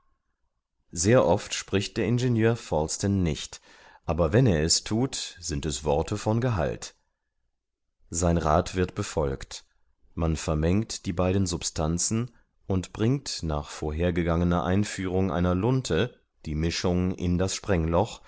sehr oft spricht der ingenieur falsten nicht aber wenn er es thut sind es worte von gehalt sein rath wird befolgt man vermengt die beiden substanzen und bringt nach vorhergegangener einführung einer lunte die mischung in das